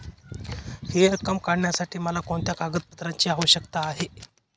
हि रक्कम काढण्यासाठी मला कोणत्या कागदपत्रांची आवश्यकता आहे?